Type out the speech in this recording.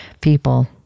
people